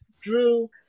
Drew